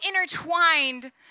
intertwined